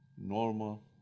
normal